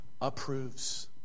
approves